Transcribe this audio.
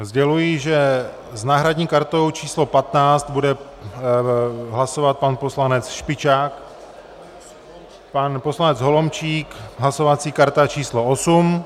Sděluji, že s náhradní kartou číslo 15 bude hlasovat pan poslanec Špičák, pan poslanec Holomčík hlasovací karta číslo 8.